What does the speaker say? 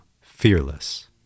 fearless